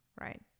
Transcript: right